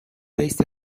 based